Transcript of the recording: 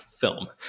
film